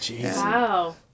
Wow